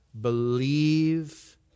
believe